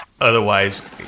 otherwise